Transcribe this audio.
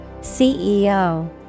CEO